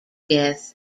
death